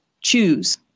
choose